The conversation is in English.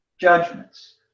judgments